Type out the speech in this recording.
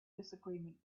disagreement